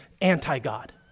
anti-God